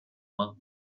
monk